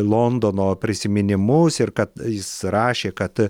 londono prisiminimus ir kad jis rašė kad